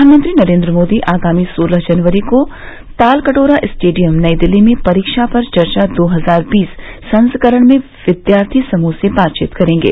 प्रधानमंत्री नरेन्द्र मोदी आगामी सोलह जनवरी को तालकटोरा स्टेडियम नई दिल्ली में परीक्षा पर चर्चा दो हजार बीस संस्करण में विद्यार्थी समूह से बातचीत करेंगे